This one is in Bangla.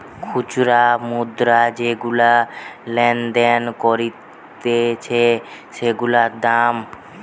খুচরা মুদ্রা যেগুলা লেনদেন করতিছে সেগুলার দাম